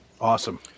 Awesome